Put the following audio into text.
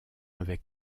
avec